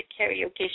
karaoke